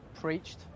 preached